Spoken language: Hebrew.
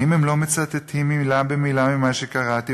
האם הם לא מצטטים מילה במילה מדברים שקראתי